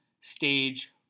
stage